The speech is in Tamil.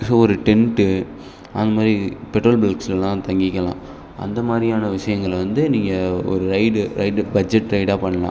ஸோ ஒரு டெண்ட்டு அந்த மாதிரி பெட்ரோல் பைக்ஸ்லலாம் தங்கிக்கலாம் அந்த மாதிரியான விஷயங்கள வந்து நீங்கள் ஒரு ரைடு ரைடு பட்ஜெட் ரைடாக பண்ணலாம்